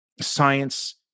science